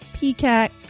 Peacock